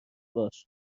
باش